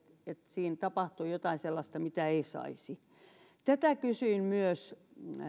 siinä tapahtuu jotain sellaista mitä ei saisi myös